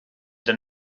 gyda